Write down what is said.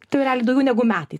tai jau realiai daugiau negu metai